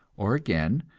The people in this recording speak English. or again,